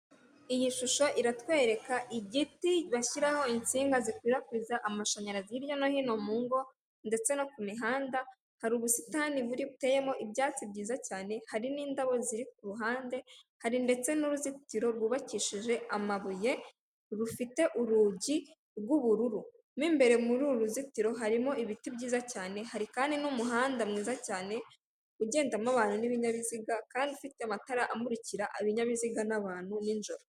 Iyi shusho iratwereka igiti bashyiraho insinga zikwirakwiza amashanyarazi hirya no hino mu ngo ndetse no ku mihanda, hari umubusitani buri buteyemo ibyatsi byiza cyane, hari n'indabo ziri kuruhande, hari ndetse n'uruzitiro rwubakishije amabuye rufite urugi rw'ubururu. mimbere muri uru ruzitiro harimo ibiti byiza cyane, hari kandi n'umuhanda mwiza cyane ugendamo abantu n'ibinyabiziga kandi ufite amatara amarikira ibinyabiziga n'abantu ninjoro.